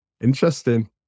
Interesting